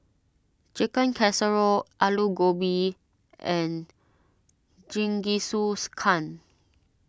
Chicken Casserole Alu Gobi and